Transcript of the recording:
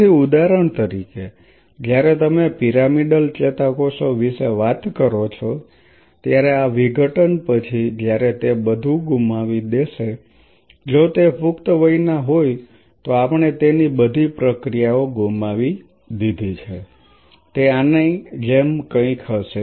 તેથી ઉદાહરણ તરીકે જ્યારે તમે પિરામિડલ ચેતાકોષો વિશે વાત કરો છો ત્યારે આ વિઘટન પછી જ્યારે તે બધું ગુમાવી દેશે જો તે પુખ્ત વયના હોય તો આપણે તેની બધી પ્રક્રિયાઓ ગુમાવી દીધી છે તે આની જેમ કંઈક હશે